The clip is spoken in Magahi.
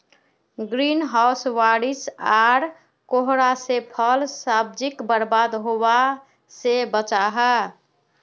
ग्रीन हाउस बारिश आर कोहरा से फल सब्जिक बर्बाद होवा से बचाहा